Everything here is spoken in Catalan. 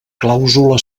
clàusula